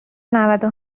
نودو